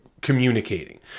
communicating